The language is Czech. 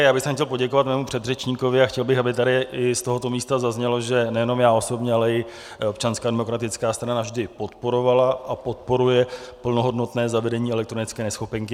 Já bych chtěl poděkovat svému předřečníkovi a chtěl bych, aby tady i z tohoto místa zaznělo, že nejenom já osobně, ale i Občanská demokratická strana vždy podporovala a podporuje plnohodnotné zavedení elektronické neschopenky.